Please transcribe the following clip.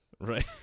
Right